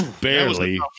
barely